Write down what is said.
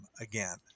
again